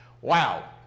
Wow